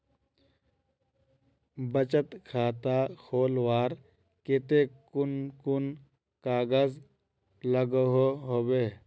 बचत खाता खोलवार केते कुन कुन कागज लागोहो होबे?